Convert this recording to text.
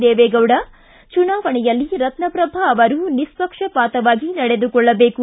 ದೇವೇಗೌಡ ಚುನಾವಣೆಯಲ್ಲಿ ರತ್ನಪ್ರಭಾ ಅವರು ನಿಪ್ಪಕ್ಷಪಾತವಾಗಿ ನಡೆದುಕೊಳ್ಳಬೇಕು